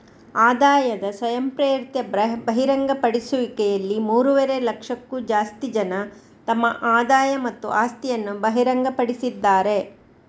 ಆದಾಯದ ಸ್ವಯಂಪ್ರೇರಿತ ಬಹಿರಂಗಪಡಿಸುವಿಕೆಯಲ್ಲಿ ಮೂರುವರೆ ಲಕ್ಷಕ್ಕೂ ಜಾಸ್ತಿ ಜನ ತಮ್ಮ ಆದಾಯ ಮತ್ತು ಆಸ್ತಿಯನ್ನ ಬಹಿರಂಗಪಡಿಸಿದ್ದಾರೆ